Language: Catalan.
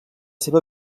seva